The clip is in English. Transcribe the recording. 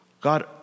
God